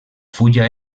fulla